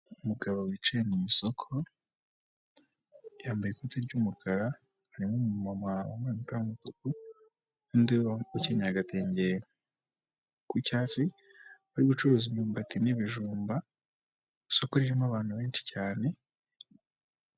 Umugabo wicaye mu isoko yambaye ikoti ry'umukara harimo umumama wambaye umupira w'umutuku, n'undi ukenyeye agatenge k'icyatsi ari gucuruza imyumbati n'ibijumba, isoko irimo abantu benshi cyane.